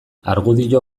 argudio